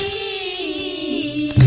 e.